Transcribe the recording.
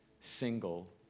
single